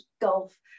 golf